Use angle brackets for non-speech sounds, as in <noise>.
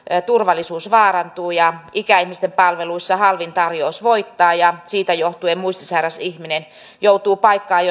turvallisuus vaarantuu ja ikäihmisten palveluissa halvin tarjous voittaa ja siitä johtuen muistisairas ihminen joutuu paikkaan <unintelligible>